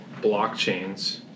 blockchains